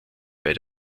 bei